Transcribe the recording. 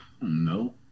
No